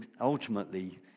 ultimately